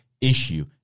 issue